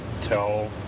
tell